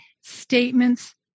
statements